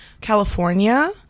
California